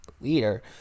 leader